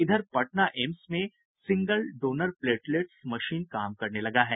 इधर पटना एम्स में single donor platelets machine काम करने लगा है